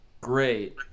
Great